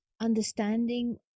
understanding